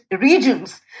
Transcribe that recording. regions